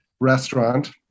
restaurant